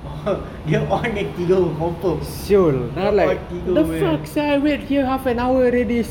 oh dia on dia tidur confirm dia on tidur punya